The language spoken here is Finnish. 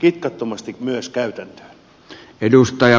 kitkattomasti myös käytäntöön